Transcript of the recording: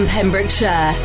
Pembrokeshire